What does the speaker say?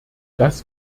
das